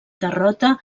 derrota